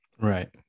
Right